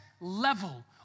level